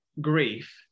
grief